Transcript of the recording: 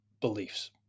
beliefs